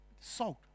Salt